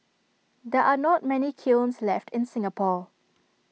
there are not many kilns left in Singapore